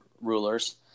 rulers